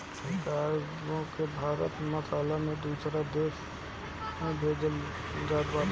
cargo से भारत मसाला भी दूसरा देस में भेजत बाटे